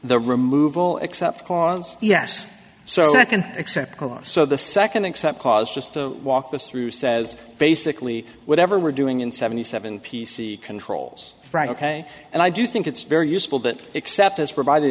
the removal except clause yes so i can accept so the second except cause just to walk us through says basically whatever we're doing in seventy seven p c controls right ok and i do think it's very useful that except as provided